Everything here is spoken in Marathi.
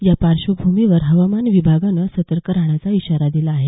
या पार्श्वभूमीवर हवामान विभागानं सतर्क राहण्याचा इशारा दिला आहे